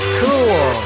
cool